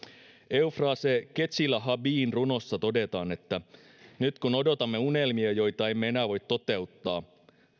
euphrase kezilahabin runossa todetaan että nyt kun odotamme unelmia joita emme enää voi toteuttaa